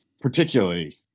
particularly